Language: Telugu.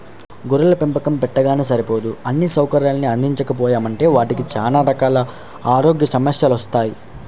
గొర్రెల పెంపకం పెట్టగానే సరిపోదు అన్నీ సౌకర్యాల్ని అందించకపోయామంటే వాటికి చానా రకాల ఆరోగ్య సమస్యెలొత్తయ్